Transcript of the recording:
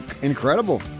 incredible